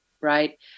right